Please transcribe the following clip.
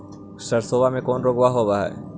सरसोबा मे कौन रोग्बा होबय है?